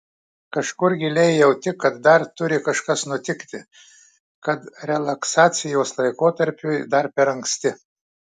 kažkur giliai jauti kad dar turi kažkas nutikti kad relaksacijos laikotarpiui dar per anksti